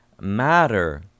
matter